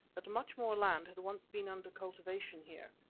that much more land had once been under cultivation here,